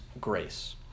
grace